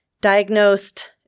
diagnosed